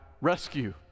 rescue